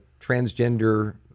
transgender